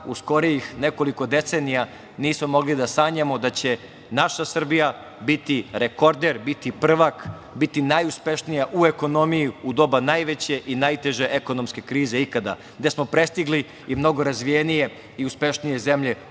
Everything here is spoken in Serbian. u skorijih nekoliko decenija, nismo mogli da sanjamo da će naša Srbija biti rekorder, biti prvak, biti najuspešnija u ekonomiji, u doba najveće i najteže ekonomske krize ikada, gde smo prestigli i mnogo razvijenije i uspešnije zemlje